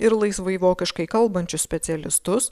ir laisvai vokiškai kalbančius specialistus